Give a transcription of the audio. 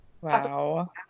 Wow